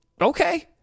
okay